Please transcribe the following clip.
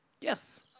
Yes